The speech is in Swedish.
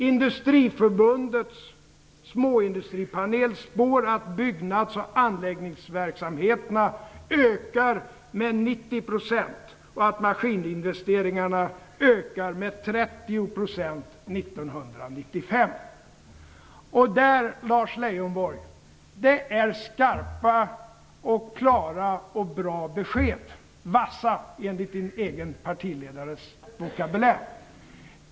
Industriförbundets småindustripanel spår att byggnads och anläggningsverksamheterna kommer att öka med 90 % och maskininvesteringarna med 30 % 1995. Detta, Lars Leijonborg, är skarpa, klara och bra besked - vassa enligt Lars Leijonborgs egen partiledares vokabulär.